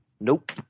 Nope